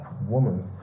woman